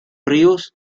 ríos